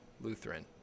Lutheran